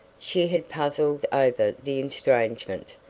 she had puzzled over the estrangement,